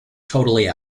totally